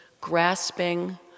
grasping